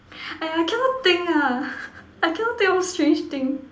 !aiya! I cannot think ah I cannot think what strange thing